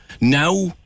Now